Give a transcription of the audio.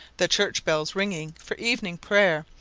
the church bells ringing for evening prayer,